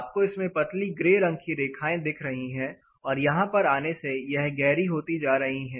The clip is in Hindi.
आपको इसमें पतली ग्रे रंग की रेखाएं दिख रही है और यहां पर आने से यह गहरी हो जाती है